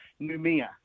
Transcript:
Numia